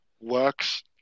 works